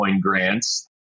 grants